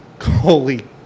holy